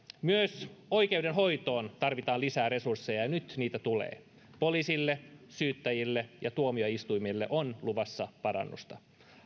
myös oikeudenhoitoon tarvitaan lisää resursseja ja nyt niitä tulee poliisille syyttäjille ja tuomioistuimille on luvassa parannusta